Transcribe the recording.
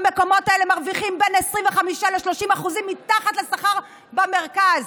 במקומות האלה מרוויחים בין 25% ל-30% מתחת לשכר במרכז.